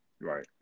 Right